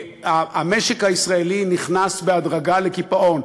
המשק הישראלי נכנס בהדרגה לקיפאון.